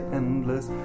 endless